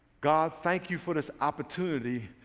god thank you for this opportunity